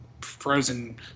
frozen